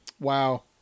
Wow